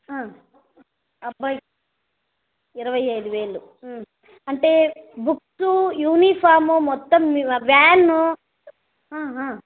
అబ్బాయి ఇరవై ఐదు వేలు అంటే బుక్స్ యూనిఫామ్ మొత్తం మీవ వ్యాను